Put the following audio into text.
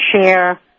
share